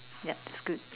yup it's good